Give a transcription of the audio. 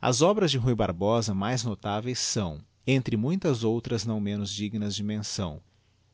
as obras de ruy barbosa mais notáveis são entre muitas outras não menos dignas de menção